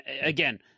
Again